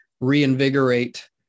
reinvigorate